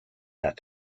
that